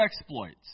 exploits